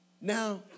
Now